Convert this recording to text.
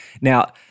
Now